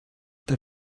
der